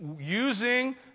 using